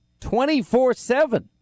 24-7